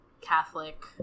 Catholic